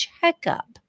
checkup